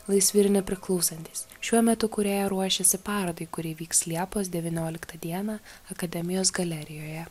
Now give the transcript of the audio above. laisvi ir nepriklausantys šiuo metu kūrėja ruošiasi parodai kuri vyks liepos devynioliktą dieną akademijos galerijoje